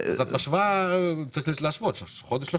צריך להשוות חודש לחודש.